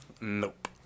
nope